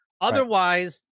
Otherwise